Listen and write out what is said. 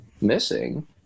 missing